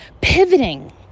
pivoting